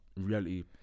reality